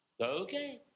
Okay